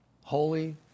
Holy